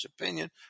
opinion